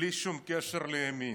בלי שום קשר לימין.